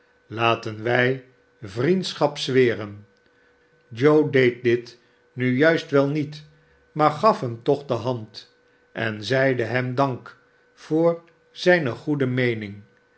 laten wij vriendschap zweren joe deed dit nu juist wel niet maar gaf hem toch de hand en zeide hem dank voor zijne goede meening